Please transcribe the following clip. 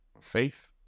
faith